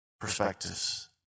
perspectives